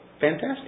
Fantastic